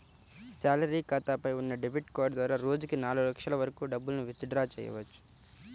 salary ఖాతాపై ఉన్న debit card ద్వారా రోజుకి నాలుగు లక్షల వరకు డబ్బులను విత్ డ్రా చెయ్యవచ్చు